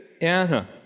Anna